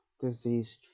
diseased